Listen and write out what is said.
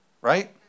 right